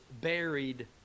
buried